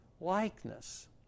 likeness